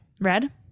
Red